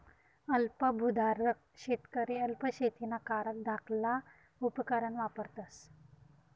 अल्प भुधारक शेतकरी अल्प शेतीना कारण धाकला उपकरणं वापरतस